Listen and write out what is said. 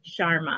Sharma